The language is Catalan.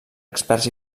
experts